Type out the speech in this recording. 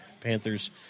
Panthers